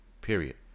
period